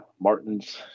Martin's